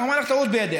הוא אמר לך: טעות בידך.